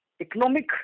economic